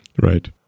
Right